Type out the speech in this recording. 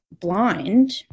blind